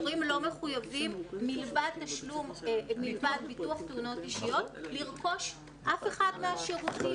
הורים לא מחויבים מלבד ביטוח תאונות אישיות לרכוש אף אחד מהשירותים.